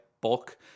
bulk